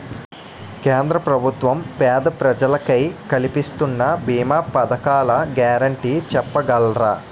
కేంద్ర ప్రభుత్వం పేద ప్రజలకై కలిపిస్తున్న భీమా పథకాల గ్యారంటీ చెప్పగలరా?